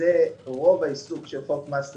שזה רוב העיסוק של חוק מס רכוש,